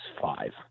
five